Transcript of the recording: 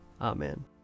Amen